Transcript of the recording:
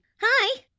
Hi